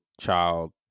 child